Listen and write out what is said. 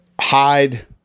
hide